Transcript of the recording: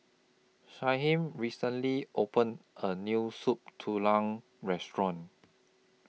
Shyheim recently opened A New Soup Tulang Restaurant